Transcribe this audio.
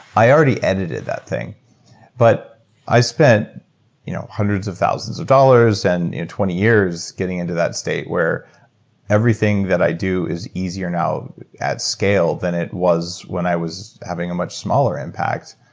i already edited that thing but i spent you know hundreds of thousands of dollars, and in twenty years getting into that state where everything that i do is easier now at scale than it was when i was having a much smaller impact.